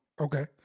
Okay